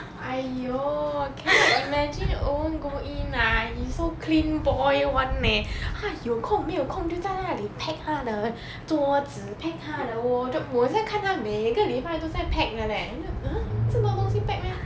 !aiyo! cannot imagine owen go in ah he so clean boy [one] eh 他有空没有空就在那里 pack 他的桌子 pack 他的 wardrobe 我现在看他每个礼拜都在 pack 的 leh e~ 怎么多东西 pack meh